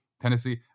Tennessee